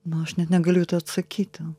nu aš net negaliu į tai atsakyti